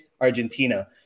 Argentina